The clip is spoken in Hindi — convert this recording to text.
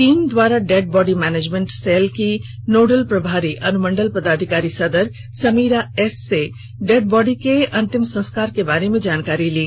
टीम के द्वारा डेड बॉडी मैनेजमेंट सेल की नोडल प्रभारी अनुमंडल पदाधिकारी सदर समीरा एस से डेड बॉडी के अंतिम संस्कार के बारे में जानकारी ली